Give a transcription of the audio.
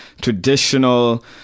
traditional